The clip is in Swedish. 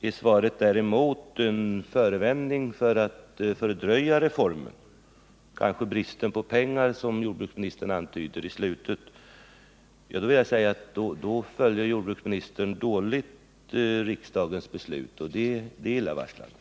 Är svaret däremot en förevändning för att fördröja reformen — kanske av brist på pengar, som jordbruksministern antyder i slutet — vill jag säga att jordbruksministern dåligt följer riksdagens beslut. Det är illavarslande.